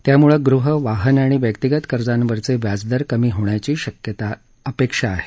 त्यामुळे गृह वाहन आणि व्यक्तीगत कर्जावरचे व्याजदर कमी होण्याची अपेक्षा आहे